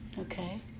Okay